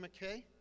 McKay